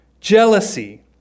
jealousy